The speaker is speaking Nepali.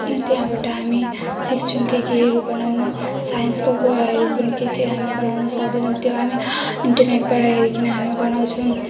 त्यहाँबाट हामी सिक्छौँ के केहरू बनाउनु साइन्सको कुराहरू पनि के के हामी बनाउनु सक्दैनौँ त्यो हामी इन्टरनेटबाट हेरिकन हामी बनाउँछौँ